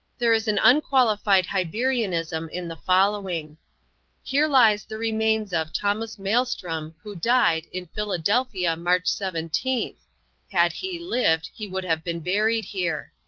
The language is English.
there is an unqualified hibernianism in the following here lies the remains of thomas melstrom who died in philadelphia march seventeenth had he lived he would have been buried here.